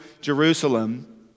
Jerusalem